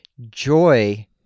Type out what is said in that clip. joy